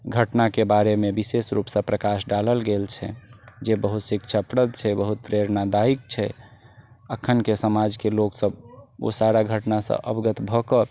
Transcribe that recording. घटनाके बारेमे विशेष रूपसँ प्रकाश डालल गेल छै जे बहुत शिक्षाप्रद छै बहुत प्रेरणादायिक छै एखनके समाजके लोगसब ओ सारा घटनासँ अवगत भऽ कऽ